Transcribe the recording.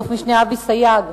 אלוף-משנה אבי סייג,